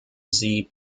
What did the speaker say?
sie